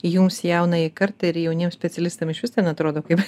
jums jaunąjai kartai ir jauniem specialistam iš vis ten neatrodo kaip